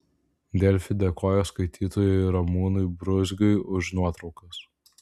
delfi dėkoja skaitytojui ramūnui bruzgiui už nuotraukas